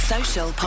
Social